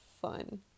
fun